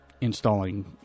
installing